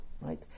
right